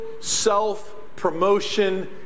self-promotion